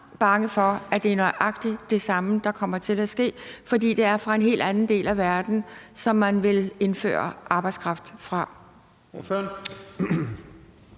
bange for, at det er nøjagtig det samme, der kommer til at ske her, fordi det er en helt anden del af verden, man vil indføre arbejdskraft fra.